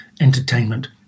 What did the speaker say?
entertainment